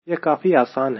यह काफी आसान है